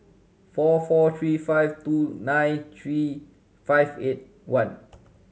four four three five two nine three five eight one